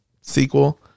sequel